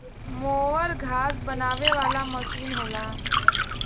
mower घास बनावे वाला मसीन होला